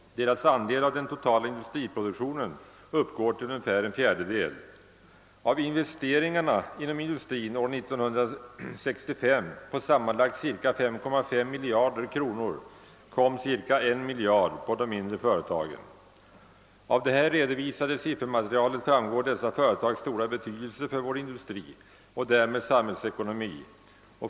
Deras andel av den totala industriproduktionen uppgår till ungefär en fjärdedel. Av industriinvesteringarna år 1965 på sammanlagt cirka 5,9 miljarder kronor hänför sig cirka 1 miljard till de mindre företagen. Av det redovisade siffermaterialet framgår dessa företags stora betydelse för vår industri och därmed för samhällsekonomin.